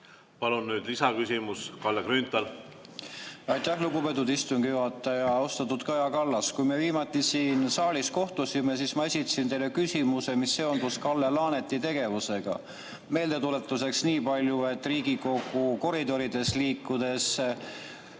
Palun nüüd lisaküsimus, Kalle Grünthal! Aitäh, lugupeetud istungi juhataja! Austatud Kaja Kallas! Kui me viimati siin saalis kohtusime, siis ma esitasin teile küsimuse, mis seondus Kalle Laaneti tegevusega. Meeldetuletuseks nii palju, et Riigikogu koridorides liikudes